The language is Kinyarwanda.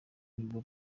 nibwo